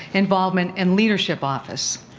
involvement and leadership office.